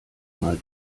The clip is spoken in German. mal